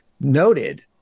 noted